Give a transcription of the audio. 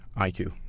IQ